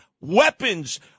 weapons